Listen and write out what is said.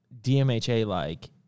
DMHA-like